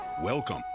Welcome